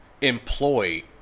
employ